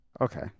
Okay